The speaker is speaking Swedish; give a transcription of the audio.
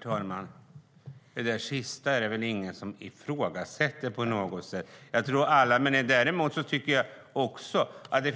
Herr talman! Detta sista är det väl ingen som ifrågasätter. Jag tycker dock att